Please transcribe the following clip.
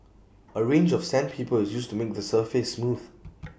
A range of sandpaper is used to make the surface smooth